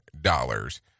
dollars